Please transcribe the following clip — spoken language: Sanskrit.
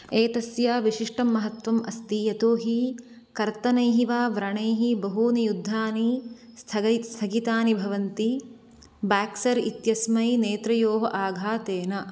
एतस्य विशिष्टं महत्त्वम् अस्ति यतोहि कर्तनैः वा व्रणैः बहूनि युद्धानि स्थगै स्थगितानि भवन्ति बेक्सर् इत्यस्मै नेत्रयोः आघातेन